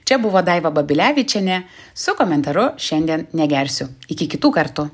čia buvo daiva babilevičienė su komentaru šiandien negersiu iki kitų kartų